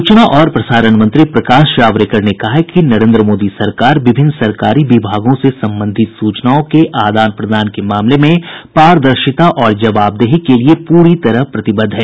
सूचना और प्रसारण मंत्री प्रकाश जावड़ेकर ने कहा है कि नरेंद्र मोदी सरकार विभिन्न सरकारी विभागों से संबंधित सूचनाओं के आदान प्रदान के मामले में पारदर्शिता और जवाबदेही के लिए पूरी तरह प्रतिबद्ध है